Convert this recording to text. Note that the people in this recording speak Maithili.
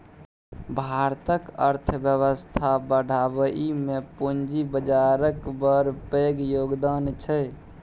भारतक अर्थबेबस्था बढ़ाबइ मे पूंजी बजारक बड़ पैघ योगदान छै